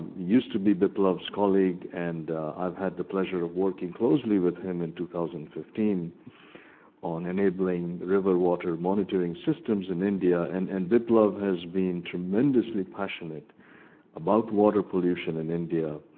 used to be biplav's colleague, and i've had the pleasure of working closely with him in two thousand and fifteen on enabling river water monitoring systems in india. and and biplav has been tremendously passionate about water pollution in india.